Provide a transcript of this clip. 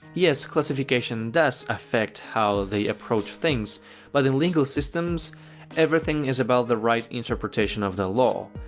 yes classification does affect how they approach things but in legal systems everything is about the right interpretation of the law.